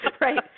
Right